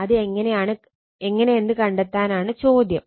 അത് എങ്ങനെയെന്ന് കണ്ടെത്താനാണ് ചോദ്യം